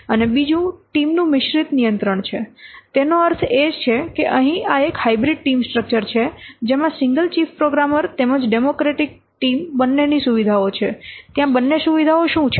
અને બીજું ટીમનું મિશ્રિત નિયંત્રણ છે તેનો અર્થ એ કે અહીં આ એક હાયબ્રીડ ટીમ સ્ટ્રક્ચર છે જેમાં સિંગલ ચીફ પ્રોગ્રામર ટીમ તેમજ ડેમોક્રેટિક ટીમ બંનેની સુવિધાઓ છે ત્યાં બંને સુવિધાઓ શું છે